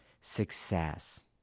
success